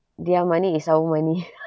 their money is our money